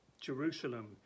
jerusalem